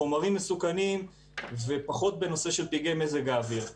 חומרים מסוכנים ופחות בנושא של פגעי מזג האוויר.